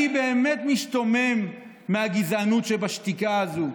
אני באמת משתומם מהגזענות שבשתיקה הזו,